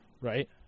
Right